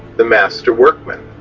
the master workman.